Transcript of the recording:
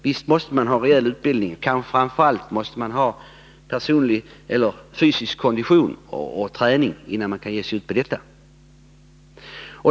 Visst måste man ha rejäl utbildning, kanske framför allt fysisk kondition och träning, innan man kan ge sig ut på detta.